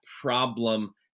problem